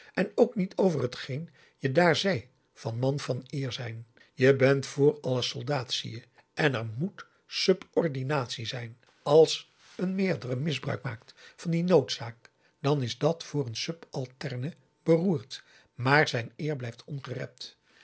en ook niet over t geen je daar zei van man van eer zijn je bent vr alles soldaat zie je en er m o e t subordinatie zijn als een meerdere misbruik maakt van die noodzaak dan is dat voor een subalterne beroerd maar zijn eer blijft ongerept